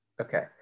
Okay